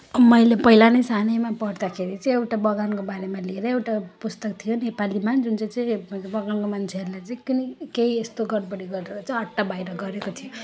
मैले पहिला नै सानैमा पढ्दाखेरि चाहिँ एउटा बगानको बारेमा लिएर एउटा पुस्तक थियो नेपालीमा जुन चाहिँ चाहिँ बगानको मान्छेहरूले चाहिँ किन केही यस्तो गडबडी गरेर चाहिँ हट्टाबाहिर गरेको थियो